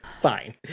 Fine